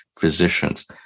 physicians